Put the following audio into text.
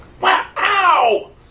Wow